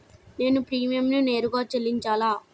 నేను ప్రీమియంని నేరుగా చెల్లించాలా?